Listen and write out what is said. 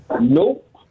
Nope